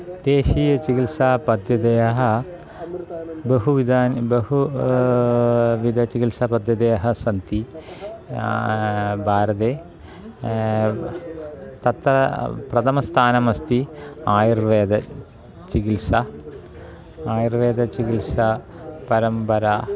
देशीयचिकित्सापद्धतयः बहुविधानि बहु विधचिकित्सापद्धयः सन्ति भारते तत्र प्रथमस्थानमस्ति आयुर्वेदचिकित्सा आयुर्वेदचिकित्सा परम्परा